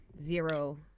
zero